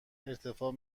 ارتفاع